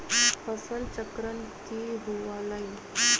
फसल चक्रण की हुआ लाई?